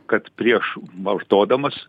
kad prieš vartodamas